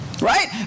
Right